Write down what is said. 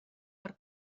per